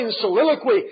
soliloquy